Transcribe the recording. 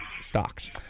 stocks